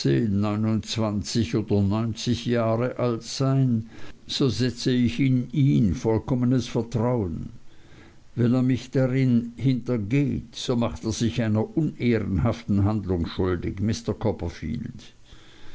neunundzwanzig oder neunzig jahre alt sein so setze ich in ihn vollkommenes vertrauen wenn er mich darin hintergeht so macht er sich einer unehrenhaften handlung schuldig mr copperfield